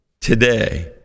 today